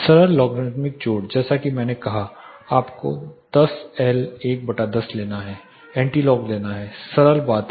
सरल लॉगरिदमिक जोड़ जैसा कि मैंने कहा कि आपको 10 एल 110 लेना है एंटीलॉग्स लेना है सरल बात है